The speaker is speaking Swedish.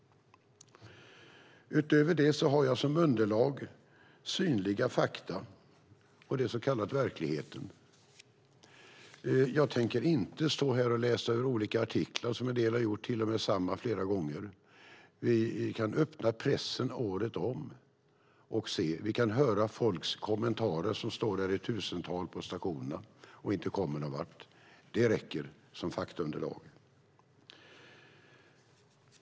Utöver det har jag som underlag synliga fakta, och det är den så kallade verkligheten. Jag tänker inte stå här och läsa ur olika artiklar som en del har gjort - det har till och med varit samma flera gånger. Vi kan se det här i pressen året om. Vi kan höra kommentarer från dem som står i tusental på stationerna och inte kommer någonvart. Det räcker som faktaunderlag.